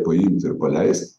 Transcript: paimt ir paleist